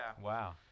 wow